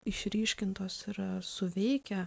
išryškintos yra suveikia